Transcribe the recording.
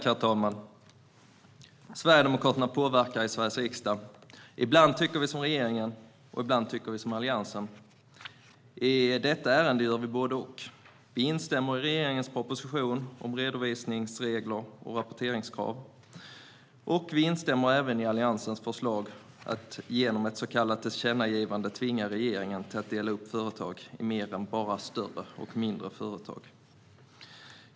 Herr talman! Sverigedemokraterna påverkar i Sveriges riksdag. Ibland tycker vi som regeringen, och ibland tycker vi som Alliansen. I detta ärende gör vi både och. Vi instämmer i regeringens proposition om redovisningsregler och rapporteringskrav. Vi instämmer även i Alliansens förslag att genom ett så kallat tillkännagivande tvinga regeringen till att dela upp företag i mer än bara "större" och "mindre" företag.